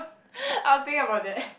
I'll think about that